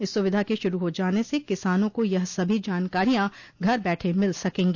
इस सुविधा के शुरू हो जाने से किसानों को यह सभी जानकारियां घर बैठे मिल सकेंगी